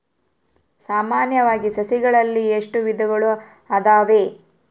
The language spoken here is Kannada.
ಸಾಮಾನ್ಯವಾಗಿ ಸಸಿಗಳಲ್ಲಿ ಎಷ್ಟು ವಿಧಗಳು ಇದಾವೆ?